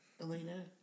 Elena